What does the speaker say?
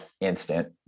instant